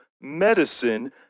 medicine